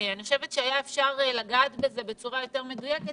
אני חושבת שאפשר היה לגעת בזה בצורה יותר מדויקת,